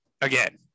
again